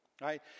Right